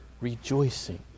rejoicing